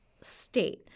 state